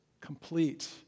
complete